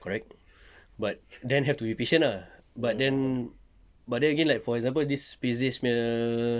correct but then have to be patient ah but then but then again for example this spacedays punya